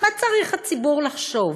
מה צריך הציבור לחשוב?